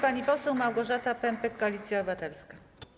Pani poseł Małgorzata Pępek, Koalicja Obywatelska.